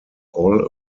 all